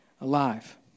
alive